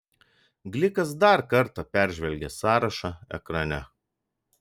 glikas dar kartą peržvelgė sąrašą ekrane